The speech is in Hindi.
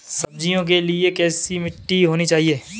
सब्जियों के लिए कैसी मिट्टी होनी चाहिए?